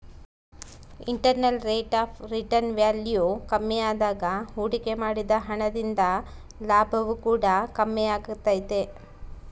internal rate of return value ಕಮ್ಮಿಯಾದಾಗ ಹೂಡಿಕೆ ಮಾಡಿದ ಹಣ ದಿಂದ ಲಾಭವು ಕೂಡ ಕಮ್ಮಿಯಾಗೆ ತೈತೆ